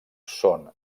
són